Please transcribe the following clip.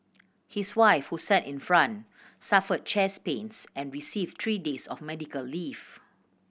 his wife who sat in front suffered chest pains and received three days of medical leave